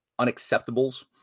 unacceptables